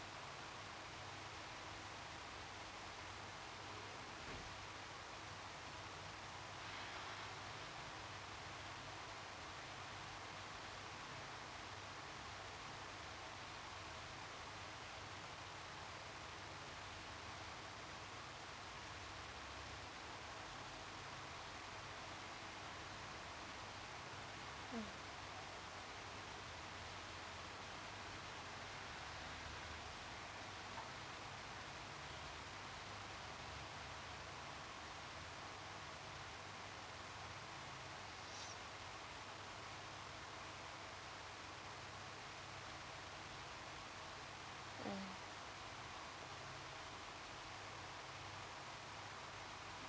mm mm